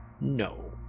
no